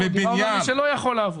דיברנו על מי שלא יכול לעבוד.